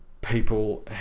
people